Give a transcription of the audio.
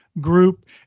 group